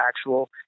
actual